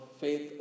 faith